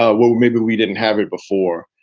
ah well, maybe we didn't have it before.